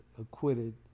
acquitted